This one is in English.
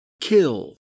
Kill